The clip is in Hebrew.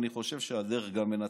אני חושב שגם הדרך מנצחת,